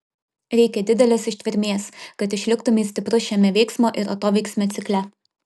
reikia didelės ištvermės kad išliktumei stiprus šiame veiksmo ir atoveiksmio cikle